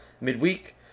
midweek –